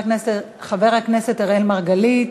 חבר הכנסת אראל מרגלית,